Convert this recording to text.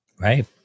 Right